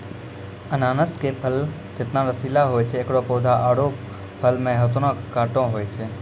अनानस के फल जतना रसीला होय छै एकरो पौधा आरो फल मॅ होतने कांटो होय छै